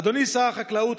אדוני שר החקלאות,